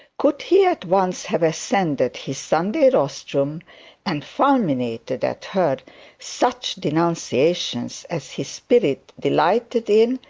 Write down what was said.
could he at once have ascended his sunday rostrum and fulminated at her such denunciations as his spirit delighted in,